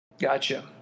Gotcha